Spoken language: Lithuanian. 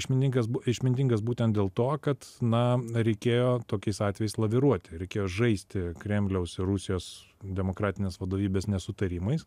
išmintingas bu išmintingas būtent dėl to kad na reikėjo tokiais atvejais laviruoti reikėjo žaisti kremliaus ir rusijos demokratinės vadovybės nesutarimais